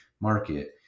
market